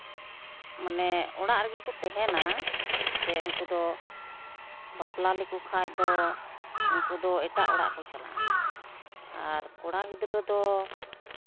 ᱢᱟᱱᱮ ᱚᱲᱟᱜ ᱨᱮᱜᱮ ᱠᱚ ᱛᱟᱦᱮᱱᱟ ᱥᱮ ᱩᱱᱠᱩ ᱫᱚ ᱵᱟᱯᱞᱟ ᱞᱮᱠᱚ ᱠᱷᱟᱱ ᱫᱚ ᱩᱱᱠᱩ ᱫᱚ ᱮᱴᱟᱜ ᱚᱲᱟᱜ ᱠᱚ ᱪᱟᱞᱟᱜᱼᱟ ᱟᱨ ᱠᱚᱲᱟ ᱜᱤᱫᱽᱨᱟᱹ ᱫᱚ